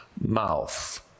mouth